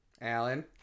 Alan